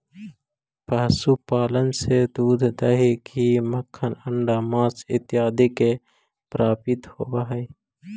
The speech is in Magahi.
पशुपालन से दूध, दही, घी, मक्खन, अण्डा, माँस इत्यादि के प्राप्ति होवऽ हइ